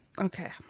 Okay